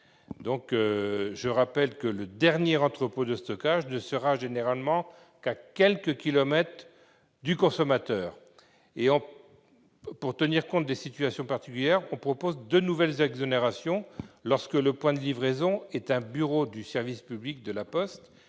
Je le répète, le dernier entrepôt de stockage ne sera en général situé qu'à quelques kilomètres du consommateur. Pour tenir compte des situations particulières, nous proposons de nouvelles exonérations lorsque le point de livraison est un bureau du service public de La Poste